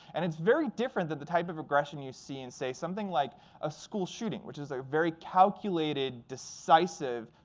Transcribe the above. and it's very different than the type of aggression you see in say something like a school shooting, which is a very calculated, decisive,